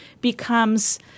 becomes